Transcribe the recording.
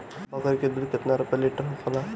बकड़ी के दूध केतना रुपया लीटर होखेला?